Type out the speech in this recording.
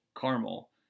caramel